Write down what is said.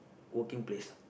working place